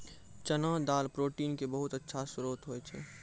चना दाल प्रोटीन के बहुत अच्छा श्रोत होय छै